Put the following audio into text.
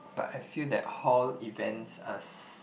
but I feel that hall events are